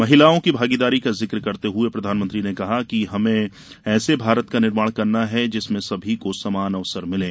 महिलाओं की भागीदारी का जिक्र करते हुए प्रधानमंत्री ने कहा कि हमें ऐसे भारत का निर्माण करना है जिसमें सभी को समान अवसर मिलें